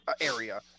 area